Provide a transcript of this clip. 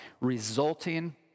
resulting